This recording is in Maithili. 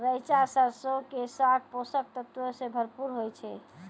रैचा सरसो के साग पोषक तत्वो से भरपूर होय छै